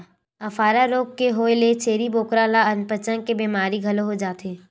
अफारा रोग के होए ले छेरी बोकरा ल अनपचक के बेमारी घलो हो जाथे